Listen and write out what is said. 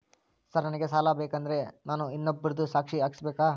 Sir ನನಗೆ ಸಾಲ ಬೇಕಂದ್ರೆ ನಾನು ಇಬ್ಬರದು ಸಾಕ್ಷಿ ಹಾಕಸಬೇಕೇನ್ರಿ?